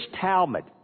talmud